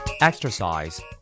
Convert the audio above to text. Exercise